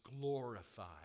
glorified